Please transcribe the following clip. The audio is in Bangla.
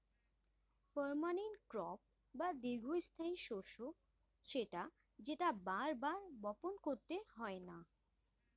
পার্মানেন্ট ক্রপ বা দীর্ঘস্থায়ী শস্য সেটা যেটা বার বার বপণ করতে হয়না